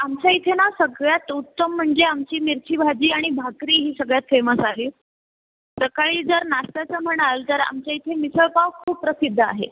आमच्या इथे ना सगळ्यात उत्तम म्हणजे आमची मिरची भाजी आणि भाकरी ही सगळ्यात फेमस आहे सकाळी जर नाश्त्याचं म्हणाल तर आमच्या इथे मिसळ पाव खूप प्रसिद्ध आहे